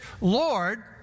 Lord